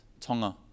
Tonga